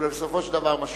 אבל בסופו של דבר משפיע.